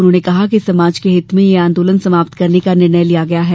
उन्होंने कहा कि समाज के हित में यह आंदोलन समाप्त करने का निर्णय लिया गया है